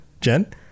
jen